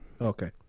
okay